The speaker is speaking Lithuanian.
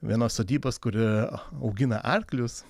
vienos sodybos kur augina arklius